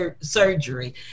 surgery